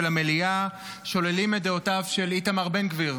המליאה שוללים את דעותיו של איתמר בן גביר.